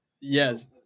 yes